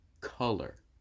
color